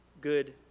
good